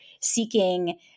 seeking